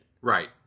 Right